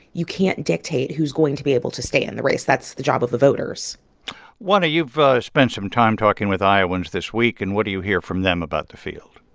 you can't dictate who's going to be able to stay in the race. that's the job of the voters juana, you've ah spent some time talking with iowans this week. and what do you hear from them about the field?